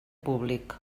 públic